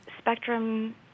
spectrum